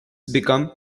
become